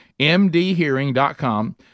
mdhearing.com